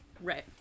Right